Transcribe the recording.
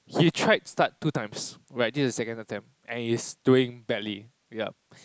he tried start two times where this is his second attempt and he's doing badly yup